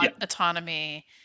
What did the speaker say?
autonomy